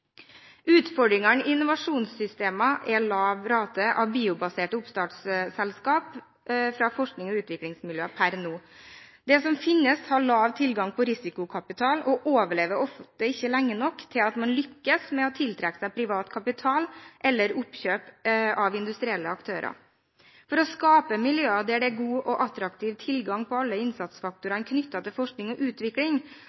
Utfordringene i innovasjonssystemene er lav rate av biobaserte oppstartsselskaper fra forsknings- og utviklingsmiljøer per i dag. Det som finnes, har liten tilgang på risikokapital og overlever ofte ikke lenge nok til at man lykkes med å tiltrekke seg privat kapital eller oppkjøp av industrielle aktører. For å skape miljøer der det er god og attraktiv tilgang på alle